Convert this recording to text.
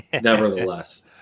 nevertheless